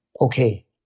okay